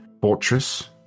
fortress